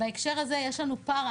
בהקשר הזה יש לנו פער,